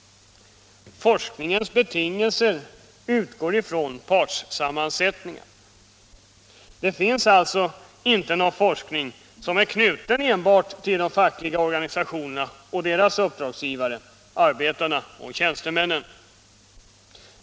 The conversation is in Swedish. Forskningens inriktning betingas av partssammansättningen. Det finns alltså inte någon forskning som är knuten enbart till de fackliga organisationerna och deras uppdragsgivare — arbetarna och tjänstemännen.